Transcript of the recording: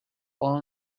all